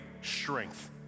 strength